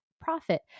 profit